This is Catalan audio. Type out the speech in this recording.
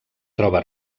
troba